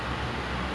ya